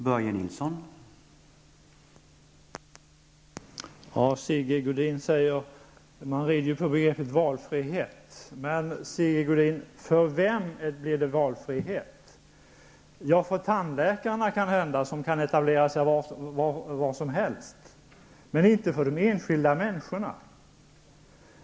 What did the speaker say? Herr talman! Man rider på begreppet valfrihet. Men, Sigge Godin, för vem blir det valfrihet? För tandläkarna kan hända, som kan etablera sig var som helst, men inte för de enskilda människorna.